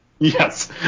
Yes